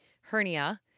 hernia